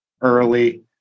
early